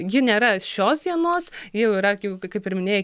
ji nėra šios dienos jau yra jau kaip ir minėjai